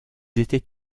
étaient